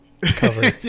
cover